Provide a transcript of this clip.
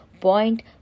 point